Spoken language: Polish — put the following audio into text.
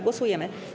Głosujemy.